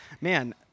man